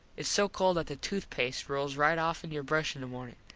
its so cold that the tooth past rolls right offen your brush in the morning.